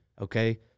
Okay